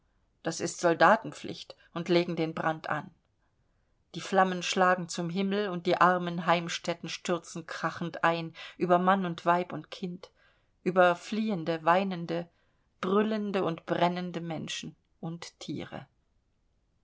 das ist soldatenpflicht und legen den brand an die flammen schlagen zum himmel und die armen heimstätten stürzen krachend ein über mann und weib und kind über fliehende weinende brüllende und brennende menschen und tiere